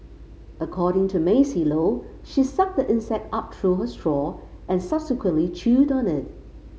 according to Maisie Low she sucked the insect up through her straw and subsequently chewed on it